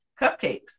cupcakes